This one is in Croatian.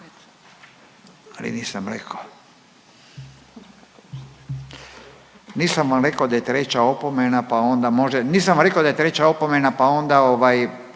ali nisam rekao, nisam vam rekao da je treća opomena. Nisam rekao